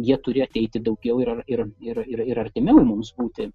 jie turi ateiti daugiau ir ir ir ir artimiau mums būti